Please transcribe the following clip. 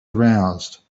aroused